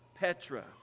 Petra